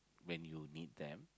when you need them